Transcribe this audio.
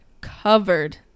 covered